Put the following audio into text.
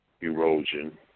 erosion